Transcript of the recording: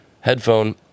Headphone